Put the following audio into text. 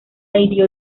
hirió